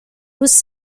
was